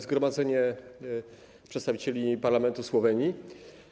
Zgromadzenie Przedstawicieli Parlamentu Słowenii!